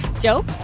Joe